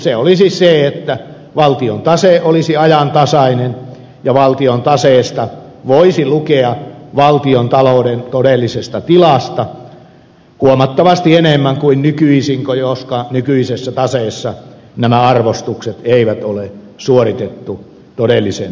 se olisi se että valtion tase olisi ajantasainen ja valtion taseesta voisi lukea valtiontalouden todellisesta tilasta huomattavasti enemmän kuin nykyisin koska nykyisessä taseessa nämä arvostukset eivät ole suoritettu todellisen mukaisesti